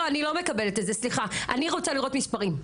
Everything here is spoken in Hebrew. אני רוצה לראות מסרים.